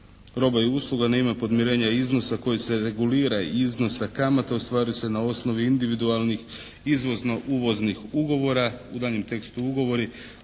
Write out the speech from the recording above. roba i usluga na ime podmirenje iznosa koji se regulira iznosa kamata ostvari se na osnovi individualnih izvozno-uvoznih ugovora, u daljnjem tekstu: ugovori,